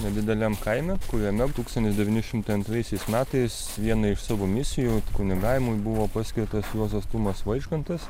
nedideliam kaime kuriame tūkstantis devyni šimtai antraisiais metais viena iš savo misijų kunigavimui buvo paskirtas juozas tumas vaižgantas